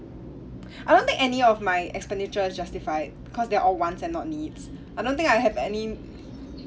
I don't think any of my expenditure is justified cause they're all wants and not needs I don't think I'll have any